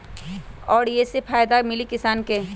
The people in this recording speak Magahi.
और ये से का फायदा मिली किसान के?